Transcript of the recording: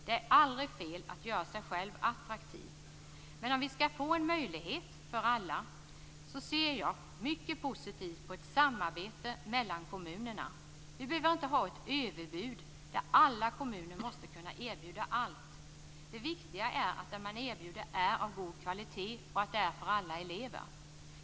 Det är aldrig fel att göra sig själv attraktiv, men om vi skall få en möjlighet för alla ser jag mycket positivt på ett samarbete mellan kommunerna. Vi behöver inte ha ett överutbud där alla kommuner måste kunna erbjuda allt. Det viktiga är att det man erbjuder är av god kvalitet och att det är för alla elever.